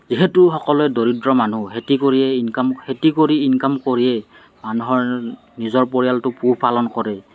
যিহেতু সকলো দৰিদ্ৰ মানুহ খেতি কৰিয়েই ইনকাম খেতি কৰি ইনকাম কৰিয়েই মানুহৰ নিজৰ পৰিয়ালটো পোহ পালন কৰে